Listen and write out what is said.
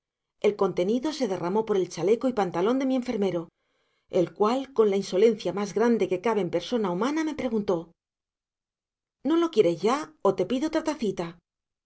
el contenido se derramó por el chaleco y pantalón de mi enfermero el cual con la insolencia más grande que cabe en persona humana me preguntó no lo quieres ya o te pido otra tacita